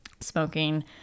smoking